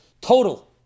total